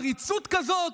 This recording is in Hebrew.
עריצות כזאת?